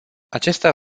acesta